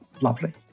lovely